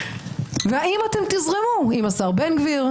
ואם תזרמו עם השר בן גביר,